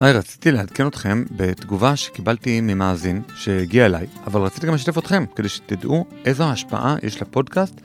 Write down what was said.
היי, רציתי לעדכן אתכם, בתגובה שקיבלתי ממאזין, שהגיעה אליי, אבל רציתי גם לשתף אתכם, כדי שתדעו איזו השפעה יש לפודקאסט.